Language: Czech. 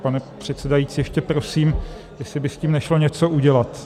Pane předsedající, ještě prosím, jestli by s tím nešlo něco udělat...